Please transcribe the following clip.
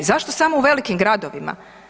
Zašto samo u velikim gradovima?